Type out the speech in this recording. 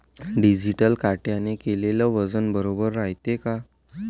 Digital काट्याने केलेल वजन बरोबर रायते का?